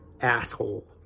asshole